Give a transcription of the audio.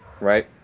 right